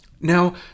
now